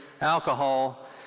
alcohol